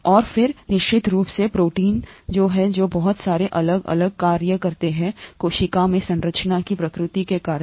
और फिर निश्चित रूप से प्रोटीन जो हैं जो बहुत सारे अलग अलग कार्य करते हैं कोशिका में संरचना की प्रकृति के कारण